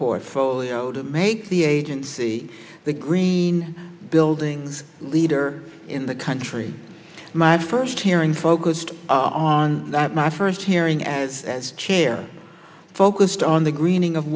portfolio to make the agency the green buildings leader in the country my first hearing focused on my first hearing as chair focused on the greening of